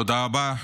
תודה רבה,